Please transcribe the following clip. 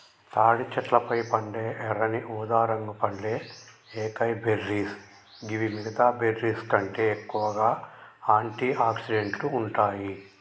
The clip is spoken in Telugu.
తాటి చెట్లపై పండే ఎర్రని ఊదారంగు పండ్లే ఏకైబెర్రీస్ గివి మిగితా బెర్రీస్కంటే ఎక్కువగా ఆంటి ఆక్సిడెంట్లు ఉంటాయి